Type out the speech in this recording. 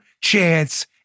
chance